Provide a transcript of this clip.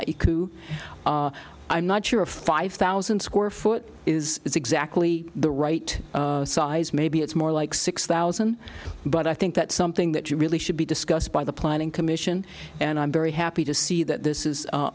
haiku i'm not sure a five thousand square foot is exactly the right size maybe it's more like six thousand but i think that's something that you really should be discussed by the planning commission and i'm very happy to see that this is u